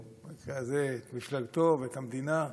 או במקרה הזה את מפלגתו ואת המדינה,